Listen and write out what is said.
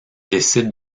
décident